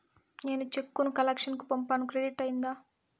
నేను చెక్కు ను కలెక్షన్ కు పంపాను క్రెడిట్ అయ్యిందా